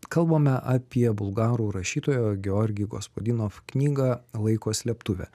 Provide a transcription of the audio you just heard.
kalbame apie bulgarų rašytojo georgi gospadinov knygą laiko slėptuvė